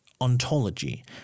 ontology